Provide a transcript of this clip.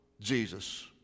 Jesus